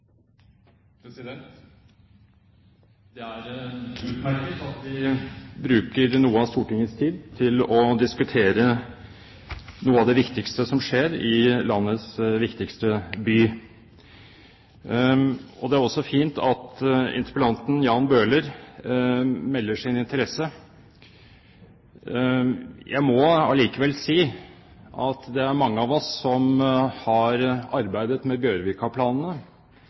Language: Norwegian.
utmerket at vi bruker noe av Stortingets tid til å diskutere noe av det viktigste som skjer i landets viktigste by. Det er også fint at interpellanten, Jan Bøhler, melder sin interesse. Jeg må allikevel si at det er mange av oss som har arbeidet med